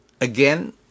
Again